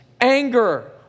anger